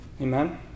Amen